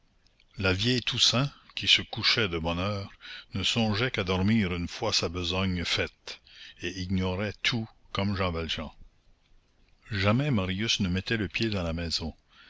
la vieille toussaint qui se couchait de bonne heure ne songeait qu'à dormir une fois sa besogne faite et ignorait tout comme jean valjean jamais marius ne mettait le pied dans la maison